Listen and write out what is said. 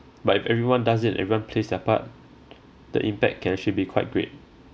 but if everyone does it everyone plays their part the impact can actually be quite great